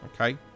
okay